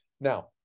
Now